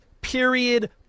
period